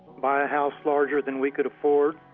buy a house larger than we could afford,